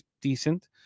decent